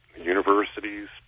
universities